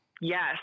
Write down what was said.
Yes